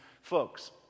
folks